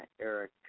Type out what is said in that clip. Eric